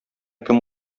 кем